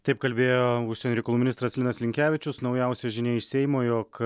taip kalbėjo užsienio reikalų ministras linas linkevičius naujausia žinia iš seimo jog